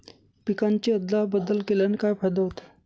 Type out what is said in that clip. पिकांची अदला बदल केल्याने काय फायदा होतो?